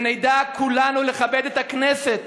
שנדע כולנו לכבד את הכנסת,